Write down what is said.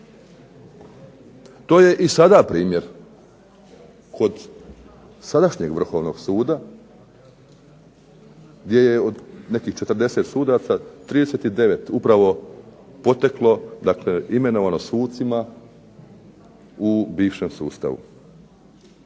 To je i sada primjer kod sadašnjeg Vrhovnog suda, gdje je od nekih 40 sudaca 39 upravo poteklo, dakle imenovano sucima u bivšem sustavu.